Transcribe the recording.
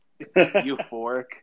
Euphoric